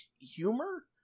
humor